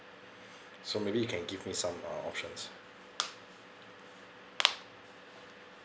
so maybe you can give me some uh options